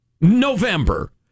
November